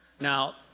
Now